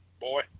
boy